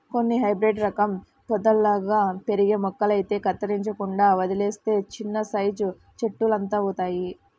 కొన్ని హైబ్రేడు రకం పొదల్లాగా పెరిగే మొక్కలైతే కత్తిరించకుండా వదిలేత్తే చిన్నసైజు చెట్టులంతవుతయ్